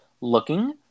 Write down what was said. Looking